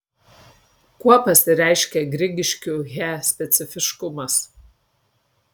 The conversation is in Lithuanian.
kuo pasireiškia grigiškių he specifiškumas